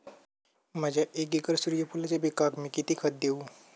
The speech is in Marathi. माझ्या एक एकर सूर्यफुलाच्या पिकाक मी किती खत देवू?